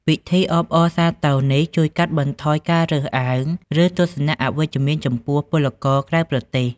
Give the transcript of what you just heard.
ពិធីអបអរសាទរនេះជួយកាត់បន្ថយការរើសអើង ឬទស្សនៈអវិជ្ជមានចំពោះពលករក្រៅប្រទេស។